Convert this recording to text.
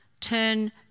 Turn